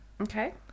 Okay